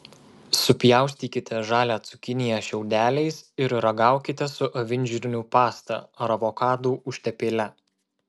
supjaustykite žalią cukiniją šiaudeliais ir ragaukite su avinžirnių pasta ar avokadų užtepėle